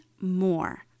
more